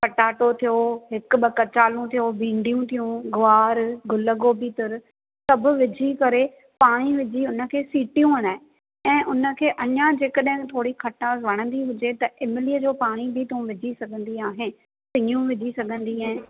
potato थियो हिकु ॿ कचालू थियो भींडियूं थियूं ग्वार गुलगोबी तर सभु विझी करे पाणी विझी हुनखे सीटियूं हणाए ऐं हुनखे अञा जे कॾहिं थोरी खटास वणंदी हुजे त इमलीअ जो पाणी बि तूं विझी सघंदी आहे पीनियूं विझी सघंदी आहीं